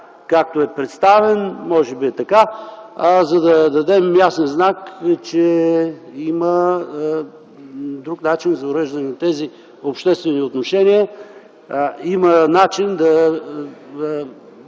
както е представен – може би е така, а за да дадем ясен знак, че има друг начин за уреждане на тези обществени отношения. Има начин да